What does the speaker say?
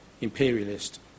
imperialist